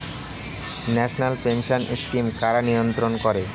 National pension scheme কারা নিয়ন্ত্রণ করে?